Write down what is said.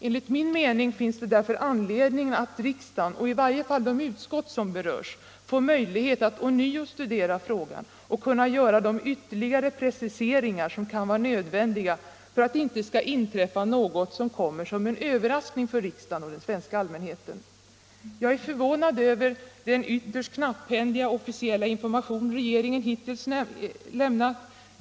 Enligt min mening finns det därför anledning att riksdagen, och i varje fall de utskott som berörs, får möjlighet att ånyo studera frågan och kan göra de ytterligare preciseringar som kan vara nödvändiga för att det inte skall inträffa något som kommer som en överraskning för riksdagen och den svenska allmänheten. Jag är förvånad över den ytterst knapphändiga officiella information som regeringen hittills lämnat.